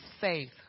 faith